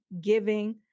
giving